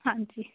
ਹਾਂਜੀ